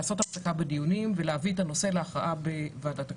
לעשות הפסקה בדיונים ולהביא את הנושא להכרעה בוועדת הכנסת.